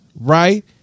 right